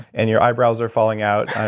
and your eyebrows are falling out.